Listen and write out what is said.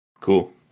Cool